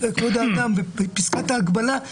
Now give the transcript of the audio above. יסוד: כבוד האדם וחירותו, ובפסקת ההגבלה.